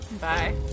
Bye